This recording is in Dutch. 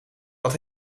wat